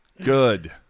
Good